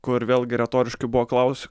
kur vėlgi retoriškai buvo klaus